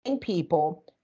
people